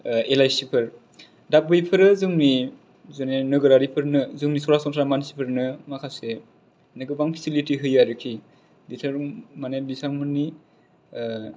L I C फोर दा बैफोरो जोंनि नोगोरारि फोरनो जोंनि सरासनस्रा मानसिफोरनो माखासे माने गोबां पेसिलिटि होयो आरोखि माने बिथां मोननि